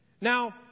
Now